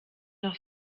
noch